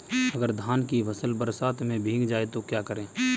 अगर धान की फसल बरसात में भीग जाए तो क्या करें?